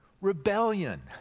rebellion